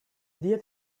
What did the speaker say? dia